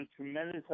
Tremendous